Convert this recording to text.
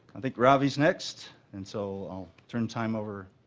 i think robby is next and so i'll turn time over